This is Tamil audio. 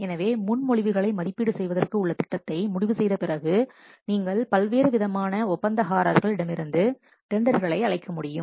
எனவே முன்மொழிவுகளை மதிப்பீடு செய்வதற்கு உள்ள திட்டத்தை முடிவு செய்த பிறகு பின்னர் நீங்கள் பல்வேறுவிதமான ஒப்பந்தகாரர்களிடமிருந்து டெண்டர்களை அழைக்க முடியும்